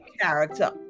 character